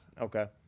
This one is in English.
Okay